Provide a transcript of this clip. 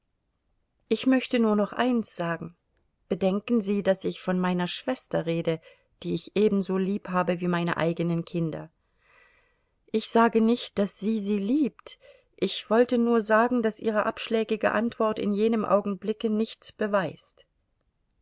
ich möchte nur noch eins sagen bedenken sie daß ich von meiner schwester rede die ich ebenso liebhabe wie meine eigenen kinder ich sage nicht daß sie sie liebt ich wollte nur sagen daß ihre abschlägige antwort in jenem augenblicke nichts beweist